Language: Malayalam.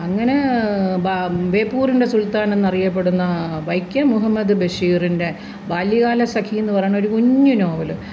അങ്ങനേ ബേപ്പൂരിന്റെ സുൽത്താനെന്നറിയപ്പെടുന്ന വൈക്കം മുഹമ്മദ് ബഷീറിന്റെ ബാല്യകാലസഖി എന്നു പറയുന്നൊരു കുഞ്ഞു നോവല്